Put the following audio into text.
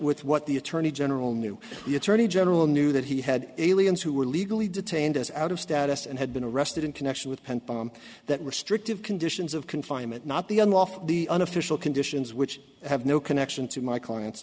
with what the attorney general knew the attorney general knew that he had aliens who were legally detained as out of status and had been arrested in connection with pent bomb that restrictive conditions of confinement not the unlawful the unofficial conditions which have no connection to my clients